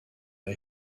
rae